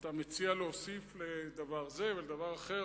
אתה מציע להוסיף לדבר זה ולדבר אחר,